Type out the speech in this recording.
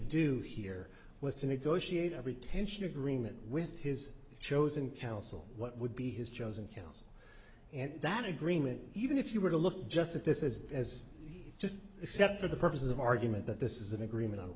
do here was to negotiate every tension agreement with his chosen counsel what would be his chosen counsel and that agreement even if you were to look just at this is as just except for the purposes of argument that this is an agreement on